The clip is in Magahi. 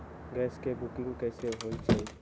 गैस के बुकिंग कैसे होईछई?